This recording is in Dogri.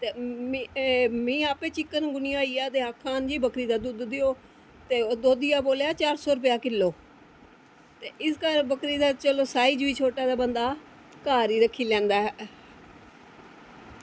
मिगी आपें चिकनगुनियां होई गेआ ते आक्खन लग्गे की बक्करी दा दुद्ध पियो ते दोधिया बोल्लेआ चार सौ रपेआ किलो इस कारण चलो बक्खरी दा साईज़ बी छोटा जेहा होंदा घर ई रक्खी लैंदा ऐ